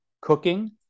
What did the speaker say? cooking